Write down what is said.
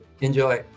Enjoy